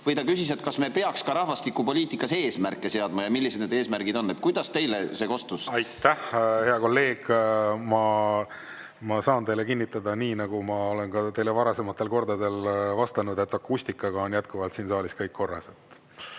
või ta küsis, kas me peaks ka rahvastikupoliitikas eesmärke seadma ja millised need eesmärgid on? Kuidas teile kostis? Aitäh, hea kolleeg! Ma saan teile kinnitada, nii nagu ma olen teile ka varasematel kordadel vastanud, et akustikaga on jätkuvalt siin saalis kõik korras.